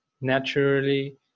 naturally